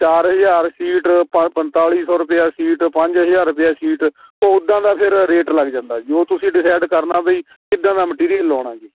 ਚਾਰ ਹਜ਼ਾਰ ਸੀਟ ਪੰ ਪੰਤਾਲੀ ਸੌ ਰੁਪਿਆ ਸੀਟ ਪੰਜ ਹਜ਼ਾਰ ਰੁਪਿਆ ਸੀਟ ਉਹ ਉਦਾਂ ਦਾ ਫਿਰ ਰੇਟ ਲੱਗ ਜਾਂਦਾ ਜੀ ਉਹ ਤੁਸੀਂ ਡੀਸਾਈਡ ਕਰਨਾ ਬਈ ਕਿੱਦਾਂ ਦਾ ਮਟੀਰੀਅਲ ਲਵਾਉਣਾ ਜੀ